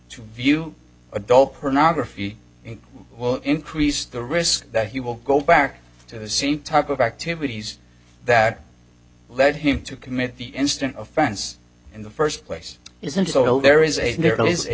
to view adult pornography it will increase the risk that he will go back to the same type of activities that led him to commit the instant of france in the first place is until there is a there